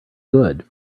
good